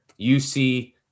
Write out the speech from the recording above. UC